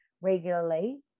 regularly